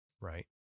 Right